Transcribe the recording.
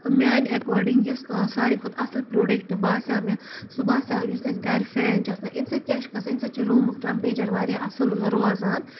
میانہِ ایٚکاڈِنگ یۄس أسۍ ساروی کھۄتہٕ اَصٕل پروڈِکٹ باسیٚو مےٚ سُہ باسیٚو یُس اَسہِ گرِ فین چھُ آسان اَمہِ سۭتۍ کیاہ چھُ گژھان اَمہِ سۭتۍ چھُ روٗمُک ٹیٚمپیچر واریاہ اصٕل روزان